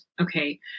okay